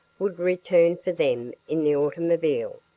would return for them in the automobile.